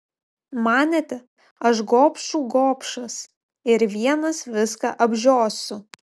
manėte aš gobšų gobšas ir vienas viską apžiosiu